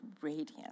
radiant